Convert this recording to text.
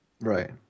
Right